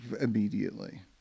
immediately